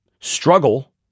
struggle